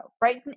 right